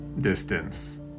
distance